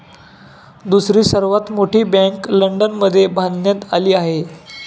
दुसरी सर्वात मोठी बँक लंडनमध्ये बांधण्यात आली आहे